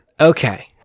Okay